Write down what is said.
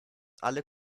alle